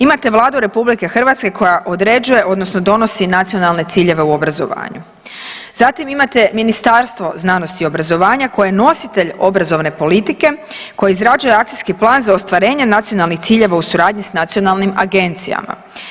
Imate Vladu RH koja određuje odnosno donosi nacionalne ciljeve u obrazovanju, zatim imate Ministarstvo znanosti i obrazovanja koje je nositelj obrazovne politike koji izrađuje akcijski plan za ostvarenje nacionalnih ciljeva u suradnji s nacionalnim agencijama.